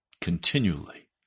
continually